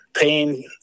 pain